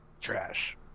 Trash